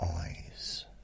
eyes